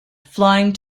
flying